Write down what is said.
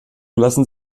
lassen